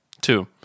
Two